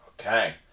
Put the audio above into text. Okay